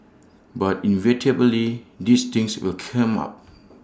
but inevitably these things will come up